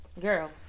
girl